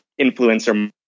influencer